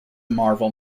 marvel